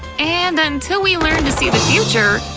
and until we learn to see the future,